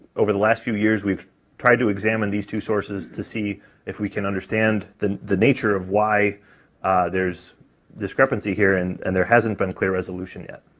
over the last few years, we've tried to examine these two sources to see if we can understand the the nature of why there's discrepancy here, and and there hasn't been clear resolution yet.